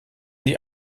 die